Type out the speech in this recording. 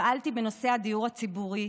פעלתי בנושא הדיור הציבורי,